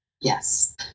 Yes